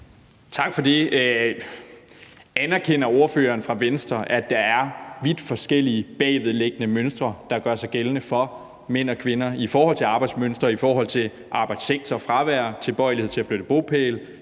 Tak for det. Anerkender ordføreren fra Venstre, at der er vidt forskellige bagvedliggende mønstre, der gør sig gældende for mænd og kvinder i forhold til arbejdsmønstre; i forhold til arbejdssektor, fravær, tilbøjelighed til at flytte bopæl,